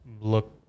Look